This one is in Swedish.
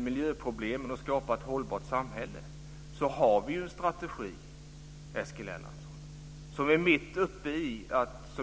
miljöproblemen och skapa ett hållbart samhälle så har vi ju en strategi, Eskil Erlandsson, som vi är mitt uppe i.